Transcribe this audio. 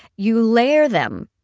you layer them,